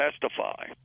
testify